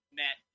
met